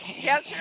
Yes